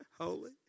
holy